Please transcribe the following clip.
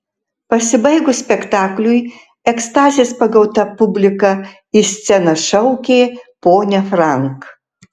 pasibaigus spektakliui ekstazės pagauta publika į sceną šaukė ponią frank